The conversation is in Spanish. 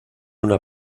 una